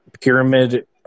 Pyramid